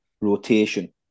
rotation